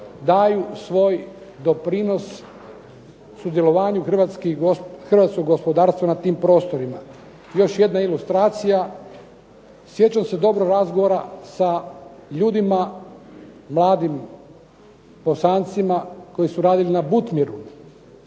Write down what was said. daju svoj doprinos sudjelovanju hrvatskog gospodarstva na tim prostorima. Još jedna ilustracija. Sjećam se dobro razgovora sa ljudima, mladim Bosancima koji su radili na Butmiru.